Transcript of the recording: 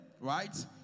right